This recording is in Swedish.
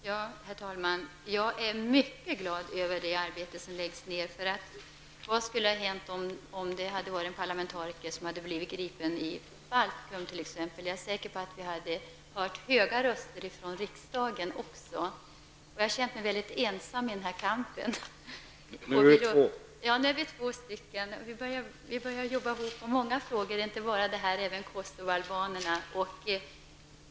Herr talman! Jag är mycket glad över det arbete som läggs ned. Vad skulle ha hänt om det hade varit fråga om en parlamentariker som hade blivit gripen i Baltikum? Jag är säker på att vi hade hört starka röster från riksdagen. Jag har känt mig ensam i denna kamp. Nu är vi två, och vi har börjat arbeta ihop i många frågor. Det gäller även Kosovoalbanerna.